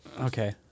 okay